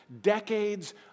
decades